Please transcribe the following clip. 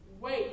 wait